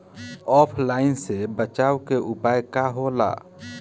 ऑफलाइनसे बचाव के उपाय का होला?